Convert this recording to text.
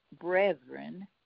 brethren